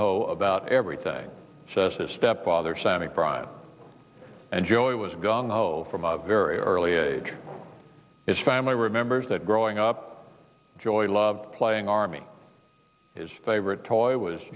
ho about everything his stepfather sammy pride and joy was gungho from a very early age his family remembers that growing up joy love playing army his favorite toy was